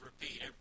repeat